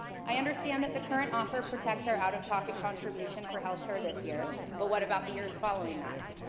i understand that the current offer protects our out of pocket contribution for healthcare this year, but what about the years following that?